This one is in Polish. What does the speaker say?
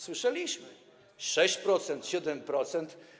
Słyszeliśmy - 6%, 7%.